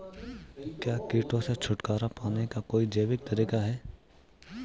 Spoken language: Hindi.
क्या कीटों से छुटकारा पाने का कोई जैविक तरीका है?